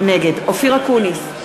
נגד אופיר אקוניס,